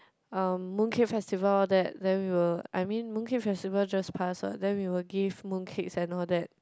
um Mooncake Festival that then we will I mean Mooncake Festival just passed ah then we will give mooncakes and all that